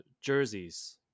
jerseys